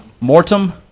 Mortem